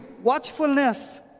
Watchfulness